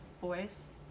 voice